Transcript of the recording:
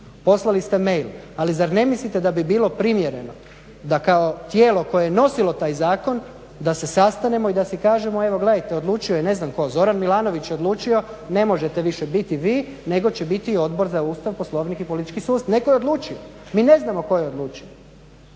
Poslali ste mail, ali zar ne mislite da bi bilo primjereno da kao tijelo koje je nosilo taj zakon da se sastanemo i da si kažemo evo gledajte odlučio je ne zna tko Zoran Milanović je odlučio ne možete više biti vi nego će biti Odbor za Ustav, Poslovnik i politički sustav. Netko je odlučio, mi ne znamo tko je odlučio.